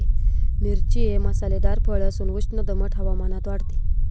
मिरची हे मसालेदार फळ असून उष्ण दमट हवामानात वाढते